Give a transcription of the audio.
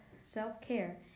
self-care